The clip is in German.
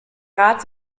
rat